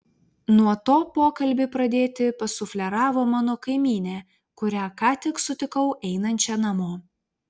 nuo to pokalbį pradėti pasufleravo mano kaimynė kurią ką tik sutikau einančią namo